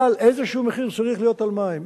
אבל איזשהו מחיר צריך להיות על מים.